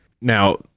Now